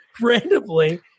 randomly